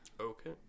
Okay